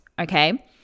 okay